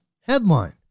headline